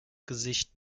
gesicht